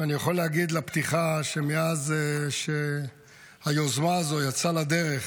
אני יכול להגיד בפתיחה שמאז שהיוזמה הזו יצאה לדרך